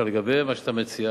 לגבי מה שאתה מציע,